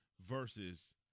versus